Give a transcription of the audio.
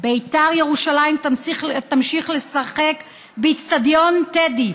בית"ר ירושלים תמשיך לשחק באצטדיון טדי.